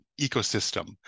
ecosystem